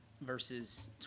verses